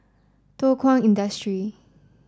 Thow Kwang Industry